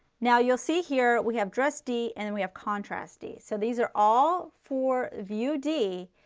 now you will see here we have dress d and then we have contrast d. so these are all for view d,